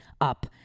up